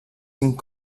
cinc